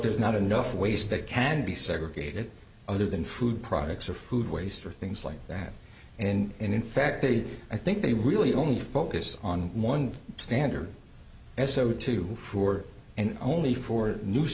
there's not enough waste that can be segregated other than food products or food waste or things like that and in fact they i think they really only focus on one standard s o two and only for new